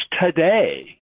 today